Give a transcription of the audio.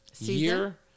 year